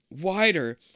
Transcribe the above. wider